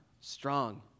strong